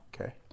Okay